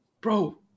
Bro